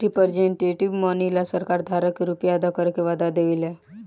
representative money ला सरकार धारक के रुपिया अदा करे के वादा देवे ला